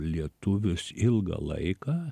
lietuvius ilgą laiką